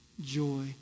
joy